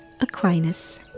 Aquinas